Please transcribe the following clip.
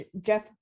Jeff